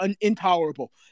intolerable